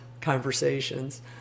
conversations